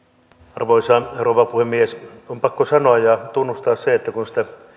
arvoisa rouva puhemies on pakko sanoa ja tunnustaa se kun